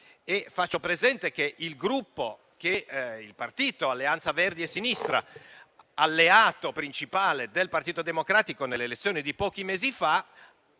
Faccio presente che il partito Alleanza Verdi e Sinistra, alleato principale del Partito Democratico nelle elezioni di pochi mesi fa,